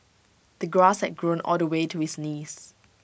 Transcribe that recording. the grass had grown all the way to his knees